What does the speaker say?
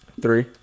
Three